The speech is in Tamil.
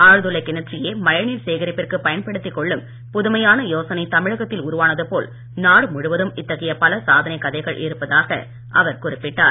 ஆழ்துளை கிணற்றையே மழைநீர் சேகரிப்பிற்கு பயன்படுத்திக் கொள்ளும் புதுமையான யோசனை தமிழகத்தில் உருவானது போல் நாடு முழுவதும் இத்தகைய பல சாதனை கதைகள் இருப்பதாக அவர் குறிப்பிட்டார்